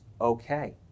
okay